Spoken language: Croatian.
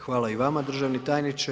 Hvala i vama državni tajniče.